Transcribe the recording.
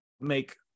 make